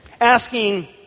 asking